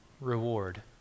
reward